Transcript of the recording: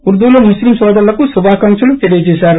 ఉర్దూలో ముస్లిం నోదరులకు శుభాకాంక్షలు తెలిపారు